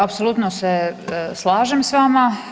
Apsolutno se slažem s vama.